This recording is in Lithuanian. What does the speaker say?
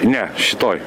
ne šitoj